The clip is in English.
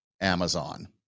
Amazon